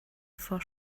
vor